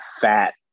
fat